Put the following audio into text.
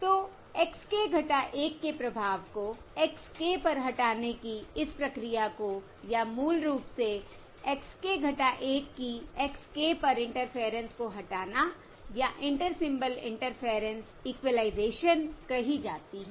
तो x k 1 के प्रभाव को x k पर हटाने की इस प्रक्रिया को या मूल रूप से x k 1 की x k पर इंटरफेयरेंस को हटाना या इंटर सिंबल इंटरफेयरेंस इक्विलाइजेशन कही जाती है